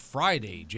Friday